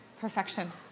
perfection